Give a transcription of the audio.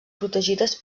protegides